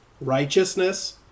Righteousness